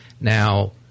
Now